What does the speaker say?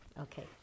Okay